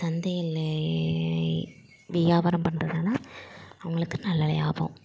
சந்தையிலையே வியாபாரம் பண்ணுறதுனா அவர்களுக்கு நல்ல லாபம்